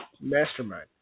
mastermind